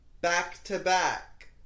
back-to-back